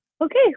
okay